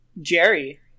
Jerry